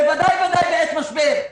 בוודאי ובוודאי בעת משבר.